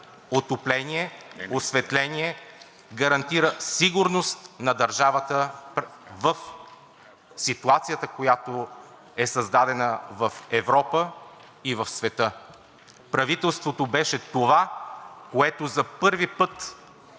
отопление, осветление, гарантира сигурност на държавата в ситуацията, която е създадена в Европа и в света. Правителството беше това, което за първи път